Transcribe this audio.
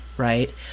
Right